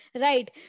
Right